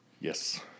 Yes